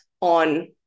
on